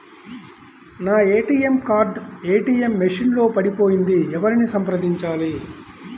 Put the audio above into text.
నా ATM card ATM machine లో పడిపోయింది ఎవరిని సంప్రదించాలి?